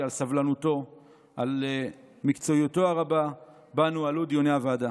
על סבלנותו ועל המקצועיות הרבה שבה נוהלו דיוני הוועדה.